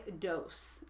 dose